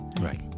Right